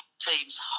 team's